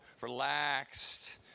relaxed